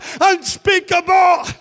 unspeakable